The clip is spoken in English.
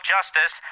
Justice